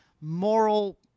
moral